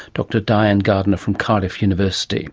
dr diane gardner from cardiff university